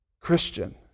Christian